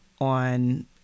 on